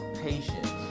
patience